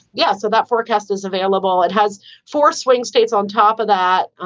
yeah. so that forecast is available. it has four swing states on top of that.